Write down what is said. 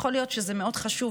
יכול להיות שזה מאוד חשוב,